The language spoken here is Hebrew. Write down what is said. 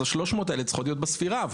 אז ה-300 האלה צריכות להיות בספירה.